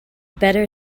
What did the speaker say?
better